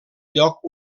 lloc